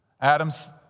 Adam's